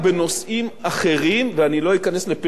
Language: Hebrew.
ואני לא אכנס לפירוט גם בגלל קוצר הזמן,